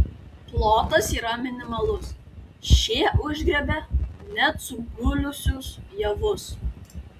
plotas yra minimalus šie užgriebia net sugulusius javus